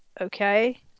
Okay